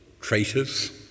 Traitors